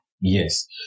Yes